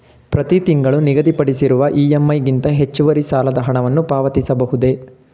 ಪ್ರತಿ ತಿಂಗಳು ನಿಗದಿಪಡಿಸಿರುವ ಇ.ಎಂ.ಐ ಗಿಂತ ಹೆಚ್ಚುವರಿ ಸಾಲದ ಹಣವನ್ನು ಪಾವತಿಸಬಹುದೇ?